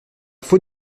faux